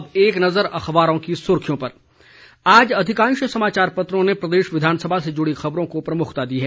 अब एक नजर अखबारों की सुर्खियों पर आज अधिकांश समाचार पत्रों ने प्रदेश विधानसभा से जुड़ी खबरों को प्रमुखता दी है